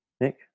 Nick